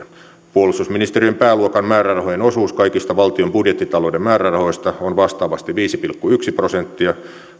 puolustusministeriön pääluokan määrärahojen osuus kaikista valtion budjettitalouden määrärahoista on vastaavasti viisi pilkku yksi prosenttia